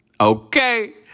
Okay